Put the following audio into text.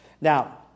Now